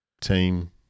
team